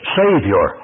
savior